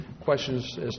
questions